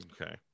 Okay